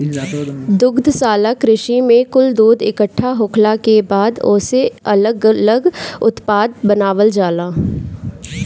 दुग्धशाला कृषि में कुल दूध इकट्ठा होखला के बाद ओसे अलग लग उत्पाद बनावल जाला